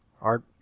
Art